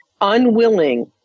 unwilling